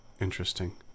interesting